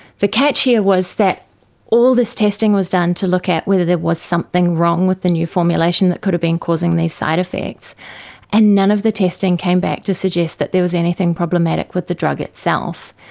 the catch here was that all this testing was done to look at whether there was something wrong with the new formulation that could have been causing these side-effects, and none of the testing came back to suggest that there was anything problematic with the drug itself.